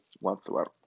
whatsoever